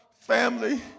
family